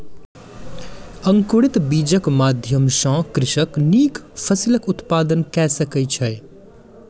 अंकुरित बीजक माध्यम सॅ कृषक नीक फसिलक उत्पादन कय सकै छै